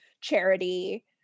charity